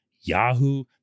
Yahoo